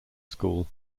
school